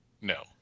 No